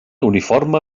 uniforme